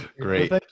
great